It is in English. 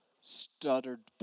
stuttered